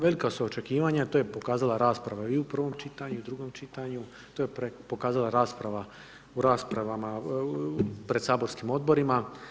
Velika su očekivanja, to je pokazala rasprava i u prvom čitanju i u drugom čitanju, to je pokazala rasprava u raspravama pred saborskim Odborima.